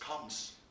comes